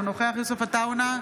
אינו נוכח יוסף עטאונה,